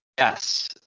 Yes